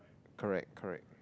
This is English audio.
correct correct